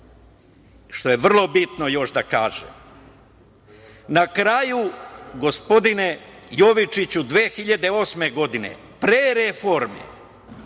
što je vrlo bitno još da kažem. Na kraju, gospodine Jovičiću, 2008. godine, pre reforme